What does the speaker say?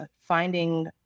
finding